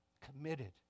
committed